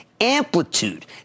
Amplitude